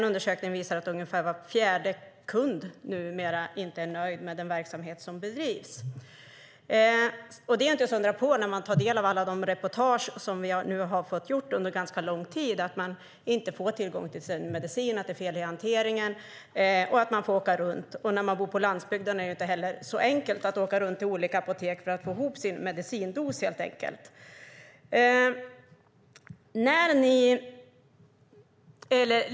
Undersökningen visar att ungefär var fjärde kund numera inte är nöjd med den verksamhet som bedrivs - inte att undra på med tanke på alla reportage som vi under en ganska lång tid fått ta del av. Man får inte tillgång till sin medicin. Det är fel i hanteringen, och man får åka runt. Bor man på landsbygden är det inte så enkelt att åka runt till olika apotek för att få ihop sin medicindos.